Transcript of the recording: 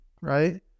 right